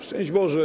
Szczęść Boże!